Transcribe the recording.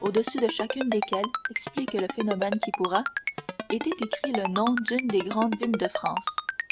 au-dessus de chacune desquelles explique le phénomène qui pourra était écrit le nom d'une des grandes villes de france